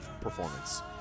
Performance